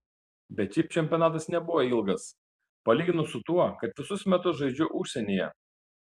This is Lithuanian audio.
bet šiaip čempionatas nebuvo ilgas palyginus su tuo kad visus metus žaidžiu užsienyje